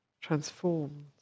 transformed